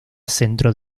centro